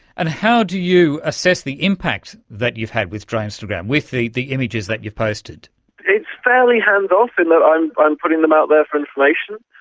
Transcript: and how do you assess the impact that you've had with dronestagram, with the the images that you've posted? it's fairly hands-off in that i'm i'm putting them out there for information,